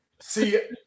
See